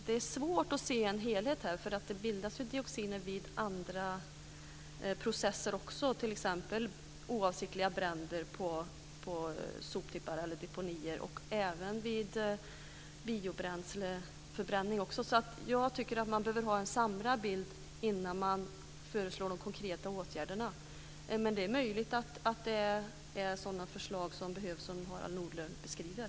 Det är svårt att se en helhet, för det bildas dioxiner vid andra processer också, t.ex. vid oavsiktliga bränder på soptippar eller deponier och även vid förbränning av biobränslen. Jag tycker att man bör ha en samlad bild innan man föreslår konkreta åtgärder. Det är möjligt att det behövs sådana åtgärder som Harald Nordlund beskriver.